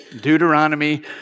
Deuteronomy